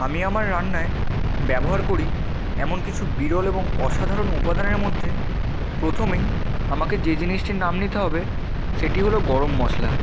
আমি আমার রান্নায় ব্যবহার করি এমন কিছু বিরল এবং অসাধারণ উপাদানের মধ্যে প্রথমেই আমাকে যে জিনিসটির নাম নিতে হবে সেটি হলো গরম মশলা